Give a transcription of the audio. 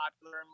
popular